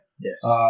Yes